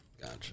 Gotcha